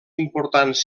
importants